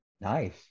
Nice